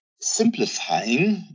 simplifying